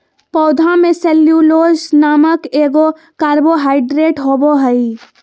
पौधा में सेल्यूलोस नामक एगो कार्बोहाइड्रेट होबो हइ